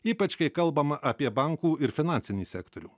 ypač kai kalbama apie bankų ir finansinį sektorių